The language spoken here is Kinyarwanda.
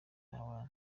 abana